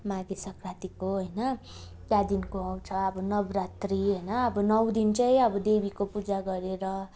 माघे सङ्क्रान्तिको होइन त्यहाँदेखिको आउँछ अब नवरात्री होइन अब नौ दिन चाहिँ अब देवीको पूजा गरेर